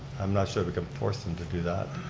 i'm not sure we can force them to do that.